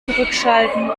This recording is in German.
zurückschalten